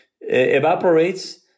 evaporates